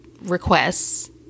requests